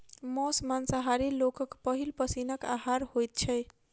मौस मांसाहारी लोकक पहिल पसीनक आहार होइत छै